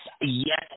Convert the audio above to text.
yes